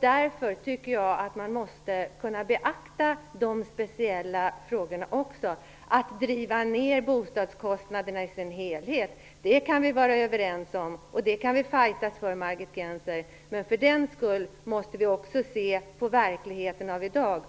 därför att man måste beakta även dessa speciella frågor. Vi kan vara överens om att vi skall driva ner bostadskostnaderna totalt sett. Det kan vi slåss för, Margit Gennser. Men för den skull måste vi också se på verkligheten av i dag.